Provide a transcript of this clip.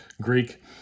Greek